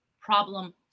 problem